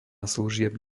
služieb